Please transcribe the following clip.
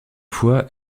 fois